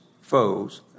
foes